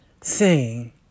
Sing